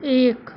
एक